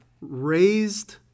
raised